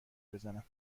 بزنم